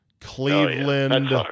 Cleveland